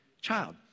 child